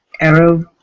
Arrow